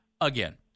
again